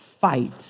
fight